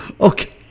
Okay